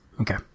Okay